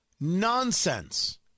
Nonsense